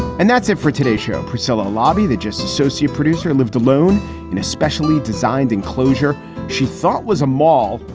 and that's it for today's show, priscilla lobby, the just associate producer, lived alone in a specially designed enclosure she thought was a mall,